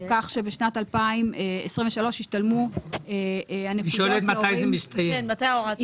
כך שבשנת 2023 ישתלמו הנקודות --- היא שואלת מתי זה מסתיים.